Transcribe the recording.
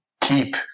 keep